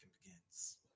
begins